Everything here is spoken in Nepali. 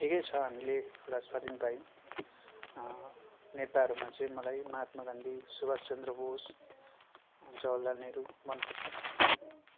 ठिकै छ हामीले एउटा स्वाधीन पायौँ नेताहरूमा चाहिँ मलाई महात्मा गान्धी सुभाष चन्द्र बोस जवहारलाल नेहरू मन पर्छ